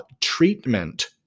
treatment